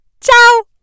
Ciao